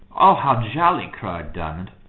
oh, how jolly, cried diamond,